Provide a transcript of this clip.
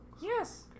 Yes